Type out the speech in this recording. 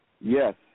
Yes